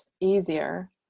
easier